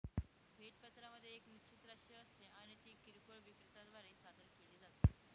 भेट पत्रामध्ये एक निश्चित राशी असते आणि ती किरकोळ विक्रेत्या द्वारे सादर केली जाते